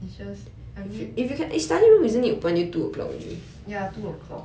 it's just I mean ya two o'clock